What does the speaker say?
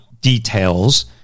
details